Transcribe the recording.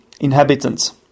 inhabitants